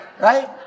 right